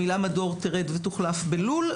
המילה מדור תרד ותוחלף ב-לול.